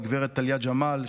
הגב' טליה ג'מאל,